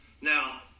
Now